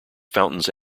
fountains